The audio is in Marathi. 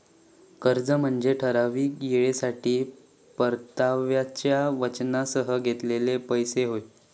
कर्ज म्हनजे ठराविक येळेसाठी परताव्याच्या वचनासह घेतलेलो पैसो होय